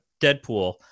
Deadpool